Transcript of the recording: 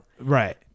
Right